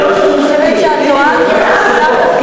לא, חבר הכנסת, אז אני אומרת,